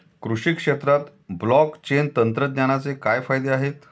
कृषी क्षेत्रात ब्लॉकचेन तंत्रज्ञानाचे काय फायदे आहेत?